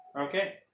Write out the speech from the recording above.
Okay